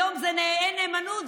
היום זה: אין נאמנות,